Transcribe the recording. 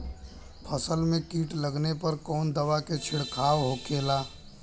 फसल में कीट लगने पर कौन दवा के छिड़काव होखेला?